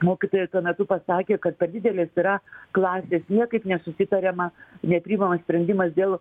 mokytojai tuo metu pasakė kad per didelės yra klasės niekaip nesusitariama nepriimamas sprendimas dėl